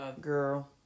girl